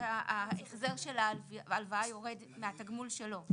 ההחזר של ההלוואה יורד מהתגמול שלו.